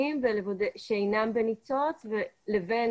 אני רוצה לפתוח את ישיבת ועדת המשנה לחיילים בודדים בשחרור ובשירות,